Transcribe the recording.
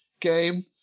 game